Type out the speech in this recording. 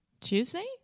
Tuesday